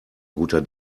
guter